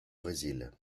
brésil